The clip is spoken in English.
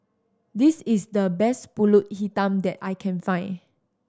this is the best Pulut Hitam that I can find